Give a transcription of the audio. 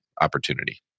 opportunity